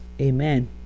amen